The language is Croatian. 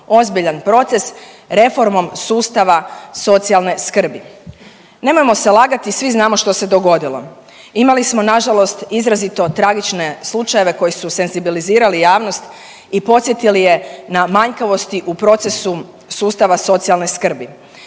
ozbiljan proces reformom sustava socijalne skrbi. Nemojmo se lagati, svi znamo što se dogodilo. Imali smo na žalost izrazito tragične slučajeve koji su senzibilizirali javnost i podsjetili je na manjkavosti sustava socijalne skrbi.